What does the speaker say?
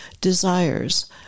desires